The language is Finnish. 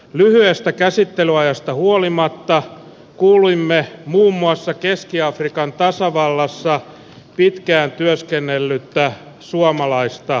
lyhyestä käsittelyajasta huolimatta kuulimme muun muassa keski afrikan tasavallassa pitkään työskennellyttä suomalaista asiantuntijaa